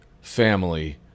family